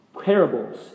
parables